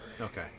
Okay